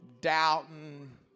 doubting